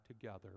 together